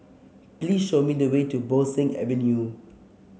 please show me the way to Bo Seng Avenue